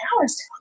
hours